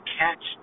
catch